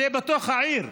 זה בתוך העיר,